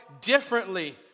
differently